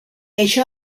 això